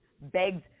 begs